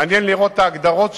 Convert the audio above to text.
מעניין לראות את ההגדרות שלהם,